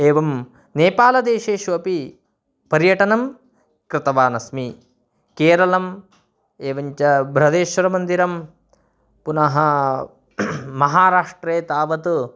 एवं नेपाल देशेषु अपि पर्यटनं कृतवानस्मि केरलम् एवञ्च बृहदीश्वरमन्दिरं पुनः महाराष्ट्रे तावत्